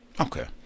Okay